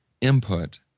input